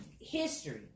history